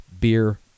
beer